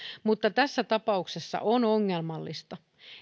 mutta tässä tapauksessa on ongelmallista